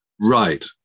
Right